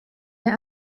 der